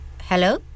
Hello